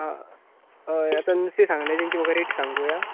हय आतां नुस्तें सांगल्या ताचें म्हाका रेट सांग पळोवया